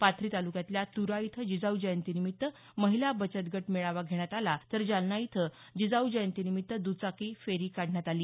पाथरी तालुक्यातल्या तुरा इथं जिजाऊ जयंतीनिमित्त महिला बचट गट मेळावा घेण्यात आला तर जालना इथं जिजाऊ जयंतीनिमित्त दुचाकी फेरी काढण्यात आली